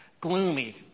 gloomy